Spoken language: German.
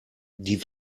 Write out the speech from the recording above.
die